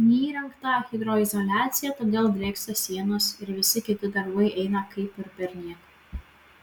neįrengta hidroizoliacija todėl drėksta sienos ir visi kiti darbai eina kaip ir perniek